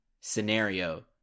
scenario